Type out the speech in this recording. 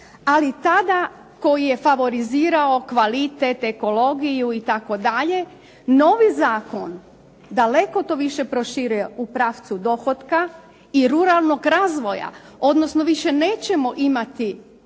ali tada koji je favorizirao kvalitet, ekologiju itd. Novi zakon daleko to više proširuje u pravcu dohotka i ruralnog razvoja, odnosno više nećemo imati potpuno